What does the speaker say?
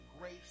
grace